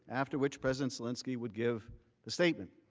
after which president zelensky would give the statement.